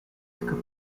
inggris